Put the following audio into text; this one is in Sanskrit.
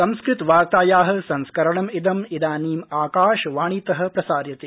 संस्कृतवार्ताया संस्करणमिदं इदानी आकाशवाणीत प्रसार्यते